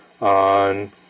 on